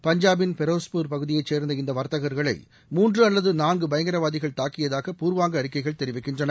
பஞ்சாபின் ஃபெரோஸ்பூர் பகுதியை சேர்ந்த இந்த வர்த்தகர்களை மூன்று அல்லது நான்கு பயங்கரவாதிகள் தாக்கியதாக பூர்வாங்க அறிக்கைகள் தெரிவிக்கின்றன